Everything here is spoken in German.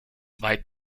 veit